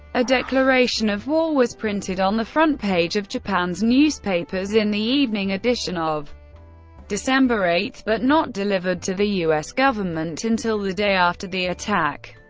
a declaration of war was printed on the front page of japan's newspapers in the evening edition of december eight, but not delivered to the u s. government until the day after the attack.